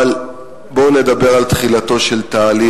אבל בואו נדבר על תחילתו של תהליך,